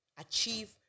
achieve